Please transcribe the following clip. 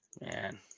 man